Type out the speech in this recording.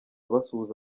basuhuza